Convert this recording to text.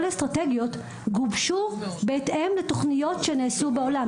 כל האסטרטגיות גובשו בהתאם לתוכניות שנעשו בעולם,